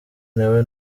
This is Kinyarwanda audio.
nawe